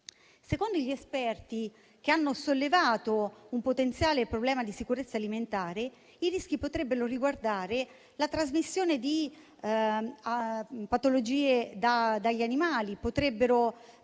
Secondo gli esperti che hanno sollevato un potenziale problema di sicurezza alimentare, i rischi potrebbero riguardare la trasmissione di patologie dagli animali, che potrebbero